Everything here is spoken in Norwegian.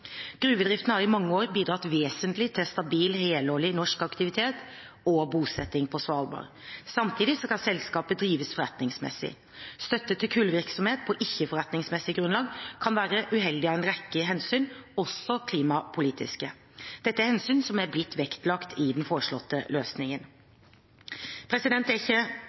Gruvedriften har i mange år bidratt vesentlig til stabil, helårig norsk aktivitet og bosetting på Svalbard. Samtidig skal selskapet drives forretningsmessig. Støtte til kullvirksomhet på ikke-forretningsmessig grunnlag kan være uheldig av en rekke hensyn, også klimapolitiske. Dette er hensyn som er blitt vektlagt i den foreslåtte løsningen. Det er ikke